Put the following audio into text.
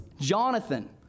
Jonathan